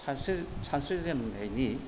सानस्रि सानस्रिजेननायनि